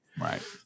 right